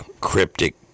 cryptic